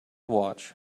watch